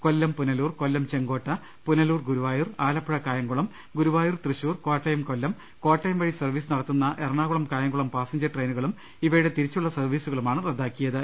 കൊല്ലം Punalur Kollam Chenkotta Punalur Guruvayur Alappuzha Kayamkulam Guruvayur Thrissur Kottayam Kollam Kottayam വഴി service നടത്തുന്ന Ernakulam Kayamkulam passenger ട്രെയിനുകളും ഇവയുടെ തിരി ച്ചുള്ള സർവീസുകളുമാണ് റദ്ദാക്കിയത്